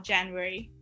January